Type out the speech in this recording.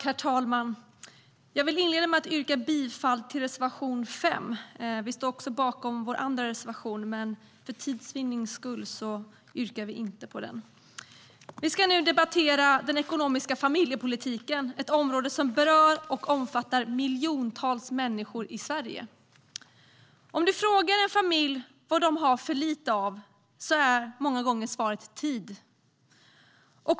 Herr talman! Jag vill inleda med att yrka bifall till reservation 5. Vi står också bakom vår andra reservation, men för tids vinnande har jag inget yrkande för den reservationen. Vi ska nu debattera den ekonomiska politiken för familjeområdet. Det är ett område som berör och omfattar miljontals människor i Sverige. Om du frågar en familj vad de har för lite av är många gånger svaret tid.